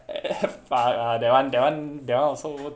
ah ah that one that one that one also